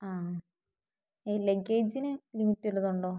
ആ ലഗേജിനു ലിമിറ്റ് വല്ലതുമുണ്ടോ